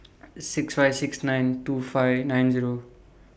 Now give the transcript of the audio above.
six five six nine two five nine Zero